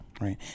Right